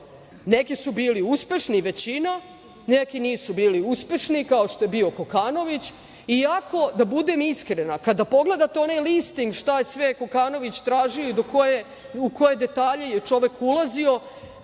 su bili uspešni, većina, neki nisu bili uspešni, kao što je bio Kokanović. Da budem iskrena, kada pogledate onaj listing šta je sve Kokanović tražio i u koje detalje je čovek ulazio